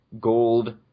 gold